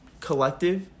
collective